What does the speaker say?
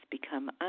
become